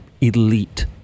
Elite